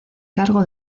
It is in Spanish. cargo